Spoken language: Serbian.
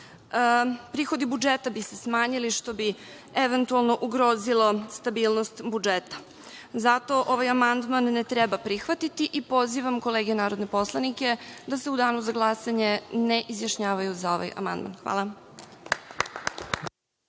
prihodi budžeta bi se smanjili, što bi eventualno ugrozilo stabilnost budžeta. Zato ovaj amandman ne treba prihvatiti i pozivam kolege narodne poslanike da se u Danu za glasanje ne izjašnjavaju za ovaj amandman. Hvala.